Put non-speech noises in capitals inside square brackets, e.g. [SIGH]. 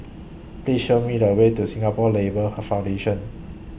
Please Show Me The Way to Singapore Labour [NOISE] Foundation